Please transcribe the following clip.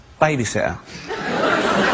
babysitter